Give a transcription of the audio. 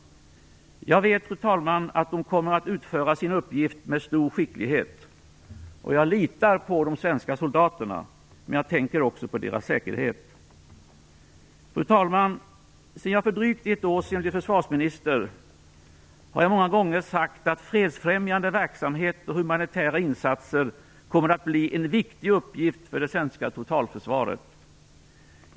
Jag vet att de kommer att utföra sin uppgift med stor skicklighet. Jag litar på de svenska soldaterna. Men jag tänker också på deras säkerhet. Fru talman! Sedan jag för drygt ett år sedan blev försvarsminister har jag många gånger sagt att fredsfrämjande verksamhet och humanitära insatser kommer att bli en viktig uppgift för det svenska totalförsvaret.